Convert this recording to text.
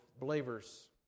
believers